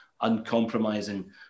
uncompromising